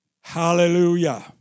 Hallelujah